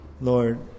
Lord